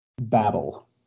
Battle